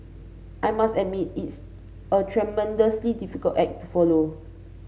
I must admit it's a tremendously difficult act to follow